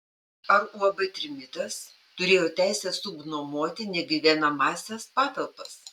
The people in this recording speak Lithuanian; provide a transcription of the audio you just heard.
ar uab trimitas turėjo teisę subnuomoti negyvenamąsias patalpas